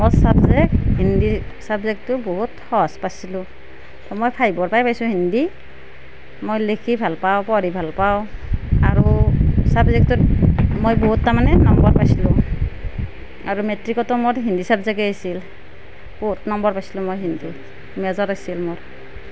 মোৰ চাবজেক্ট হিন্দী চাবজেক্টটো বহুত সহজ পাইছিলোঁ মই ফাইভৰ পাই পাইছোঁ হিন্দী মই লেখি ভাল পাওঁ পঢ়ি ভাল পাওঁ আৰু চাবজেক্টটোত মই বহুত তাৰ মানে নম্বৰ পাইছিলোঁ আৰু মেট্ৰিকতো মোৰ হিন্দী চাবজেকেই আছিল বহুত নম্বৰ পাইছিলোঁ মই হিন্দীত মেজৰ আছিল মোৰ